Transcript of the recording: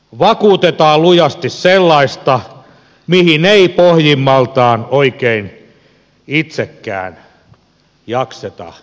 vakuutetaan lujasti sellaista mihin ei pohjimmiltaan oikein itsekään jakseta uskoa